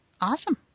awesome